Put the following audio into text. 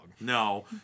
No